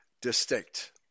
distinct